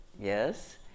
yes